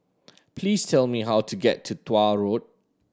please tell me how to get to Tuah Road